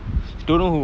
same lah